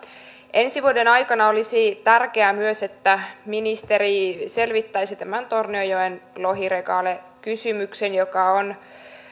ensi vuoden aikana olisi tärkeää myös että ministeri selvittäisi tämän tornionjoen lohiregale kysymyksen joka on jo